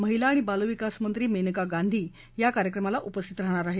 महिला आणि बाल विकास मंत्री मेनका गांधी या कार्यक्रमाला उपस्थित राहणार आहेत